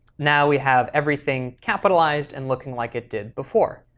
now we have everything capitalized and looking like it did before.